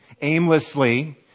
aimlessly